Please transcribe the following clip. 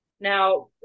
Now